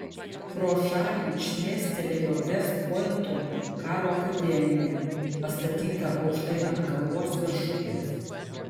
pro šalį šmėstelėjo vest pointo karo akademija pastatyta aukštai ant kalvos virš upės